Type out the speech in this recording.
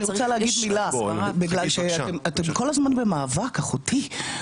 אתם כל הזמן במאבק, אחותי.